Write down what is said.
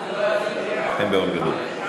רק שזה